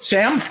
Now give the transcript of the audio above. Sam